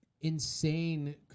insane